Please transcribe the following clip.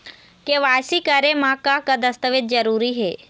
KYC करे म का का दस्तावेज जरूरी हे?